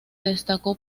destacó